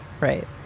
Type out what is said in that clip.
Right